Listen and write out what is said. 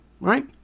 Right